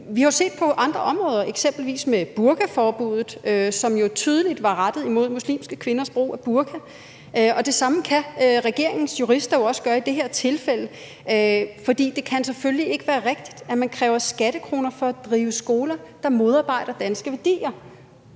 Vi har jo set det på andre områder, eksempelvis med burkaforbuddet, som tydeligt var rettet mod muslimske kvinders brug af burka, og det samme kan regeringens jurister også gøre i det her tilfælde, for det kan selvfølgelig ikke være rigtigt, at man kræver skattekroner ind til at drive skoler, der modarbejder danske værdier.